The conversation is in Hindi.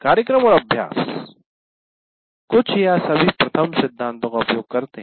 कार्यक्रम और अभ्यास कुछ या सभी प्रथम सिद्धांतों का उपयोग करते हैं